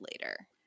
later